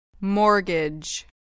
Mortgage